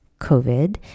COVID